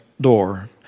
door